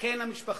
בקן המשפחתי.